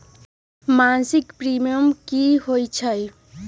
मासिक प्रीमियम की होई छई?